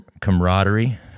camaraderie